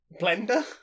Blender